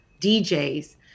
DJs